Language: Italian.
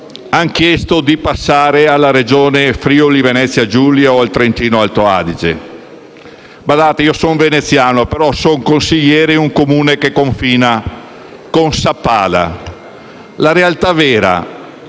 La realtà vera